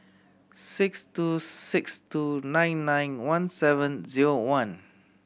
six two six two nine nine one seven zero one